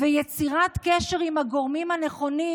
ויצירת קשר עם הגורמים הנכונים,